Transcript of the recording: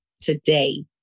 today